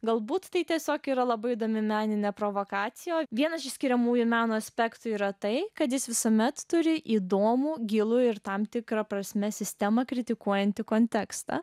galbūt tai tiesiog yra labai įdomi meninė provokacija vienas iš skiriamųjų meno aspektų yra tai kad jis visuomet turi įdomų gilų ir tam tikra prasme sistemą kritikuojantį kontekstą